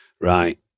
Right